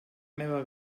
meva